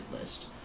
list